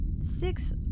six